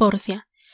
pórcia